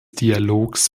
dialogs